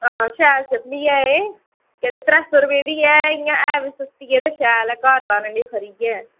हां शैल चप्पली ऐ एह् कन्नै त्रै सौ रपेऽ दी ऐ इ'यां एह्बी सस्ती ऐ ते शैल ऐ घर लानै लेई खरी ऐ